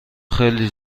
خیلی